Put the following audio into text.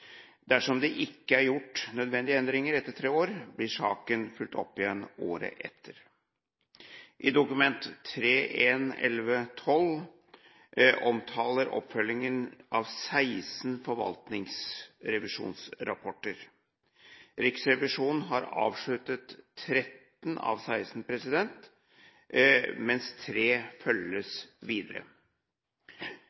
Dersom det ikke er gjort nødvendige endringer etter tre år, blir saken fulgt opp igjen året etter. Dokument nr. 3:1 for 2011–2012 omtaler oppfølgingen av 16 forvaltningsrevisjonsrapporter. Riksrevisjonen har avsluttet 13 av 16 saker, mens tre saker følges